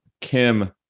Kim